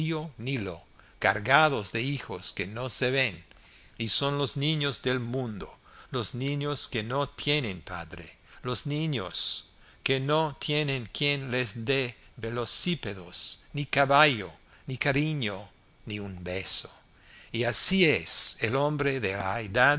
nilo cargados de hijos que no se ven y son los niños del mundo los niños que no tienen padre los niños que no tienen quien les dé velocípedos ni caballo ni cariño ni un beso y así es el hombre de